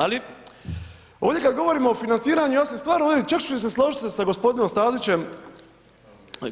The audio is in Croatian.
Ali, ovdje kad govorimo o financiranju, ja se stvarno, ... čak ću se i složit sa gospodinom Stazićem,